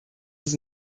das